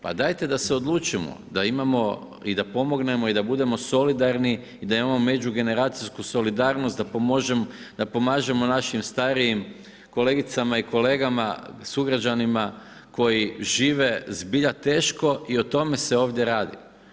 Pa dajte da se odlučimo da imamo i da pomognemo i da budemo solidarni i da imamo međugeneracijsku solidarnost da pomažemo našim starijim kolegicama i kolegama, sugrađanima koji žive zbilja teško i o tome se ovdje radi.